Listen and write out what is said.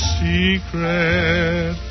secret